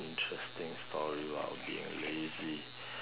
interesting story while you were lazy